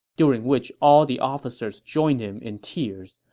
during which all the officers joined him in tears.